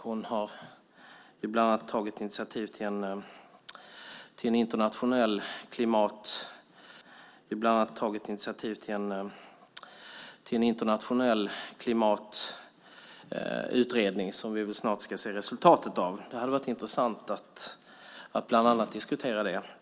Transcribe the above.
Hon har bland annat tagit initiativ till en internationell klimatutredning som vi väl snart ska se resultatet av. Det hade varit intressant att bland annat diskutera den.